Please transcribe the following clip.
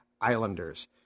Islanders